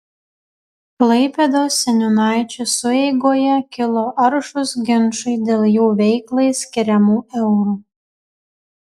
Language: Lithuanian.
klaipėdos seniūnaičių sueigoje kilo aršūs ginčai dėl jų veiklai skiriamų eurų